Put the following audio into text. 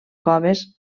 coves